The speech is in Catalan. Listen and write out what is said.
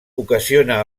ocasiona